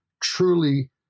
truly